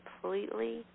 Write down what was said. completely